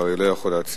אתה הרי לא יכול להציע.